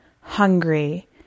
hungry